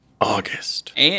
August